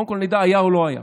קודם כול נדע, היה או לא היה.